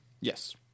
Yes